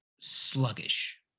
sluggish